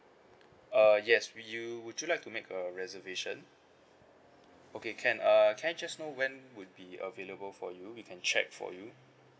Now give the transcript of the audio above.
uh yes we you would you like to make a reservation okay can uh can I just know when would be available for you we can check for you